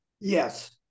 Yes